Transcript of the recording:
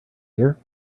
here